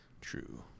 True